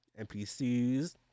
NPCs